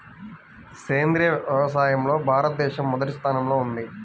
సేంద్రీయ వ్యవసాయంలో భారతదేశం మొదటి స్థానంలో ఉంది